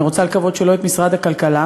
אני רוצה לקוות שלא את משרד הכלכלה,